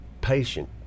patient